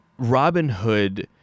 Robinhood